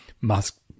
musk